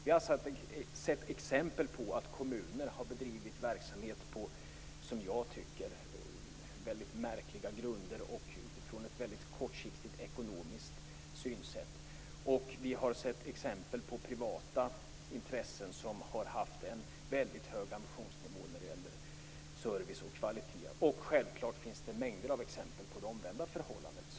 Vi har sett exempel på att kommuner har bedrivit verksamhet på som jag tycker väldigt märkliga grunder och utifrån ett väldigt kortsiktigt ekonomiskt synsätt, och vi har sett exempel på privata intressen som har haft en väldigt hög ambitionsnivå när det gäller service och kvalitet. Självklart finns det också mängder exempel på det omvända förhållandet.